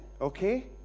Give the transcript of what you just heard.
okay